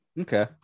Okay